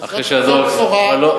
זאת בשורה.